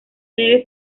debe